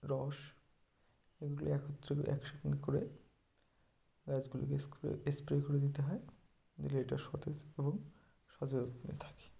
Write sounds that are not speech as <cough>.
রস এগুলো একত্রে করে একসঙ্গে করে গাছগুলিকে <unintelligible> স্প্রে করে দিতে হয় দিলে এটা সতেজ এবং সযত্নে থাকে